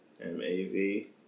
M-A-V